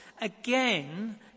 again